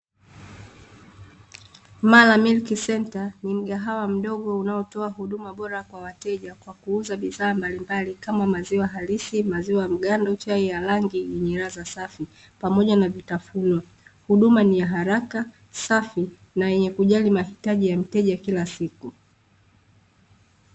"MALA MILK CENTER", ni mgahawa mdogo unaotoa huduma bora kwa wateja, kwa kuuza bidhaa mbalimbali kama maziwa halisi, maziwa mgando, chai ya rangi yenye ladha safi, pamoja na vitafunwa. Huduma ni ya haraka, safi, na yenye kujali mahitaji ya mteja kila siku.